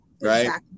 Right